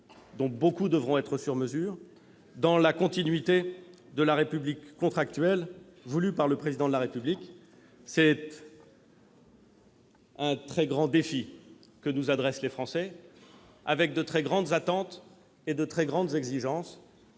dont beaucoup devront être sur mesure, dans la continuité de la République contractuelle voulue par le Président de la République. C'est un très grand défi que nous adressent les Français, avec de très grandes attentes et de très grandes exigences.